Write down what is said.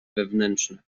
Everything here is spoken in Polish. wewnętrzne